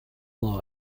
law